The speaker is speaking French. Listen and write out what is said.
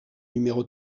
numéro